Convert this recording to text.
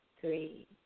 three